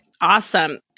Awesome